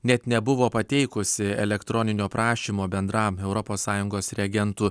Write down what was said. net nebuvo pateikusi elektroninio prašymo bendram europos sąjungos reagentų